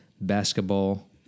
basketball